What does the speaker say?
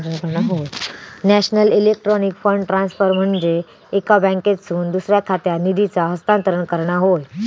national electronic fund transfer म्हनजे एका बँकेतसून दुसऱ्या खात्यात निधीचा हस्तांतरण करणा होय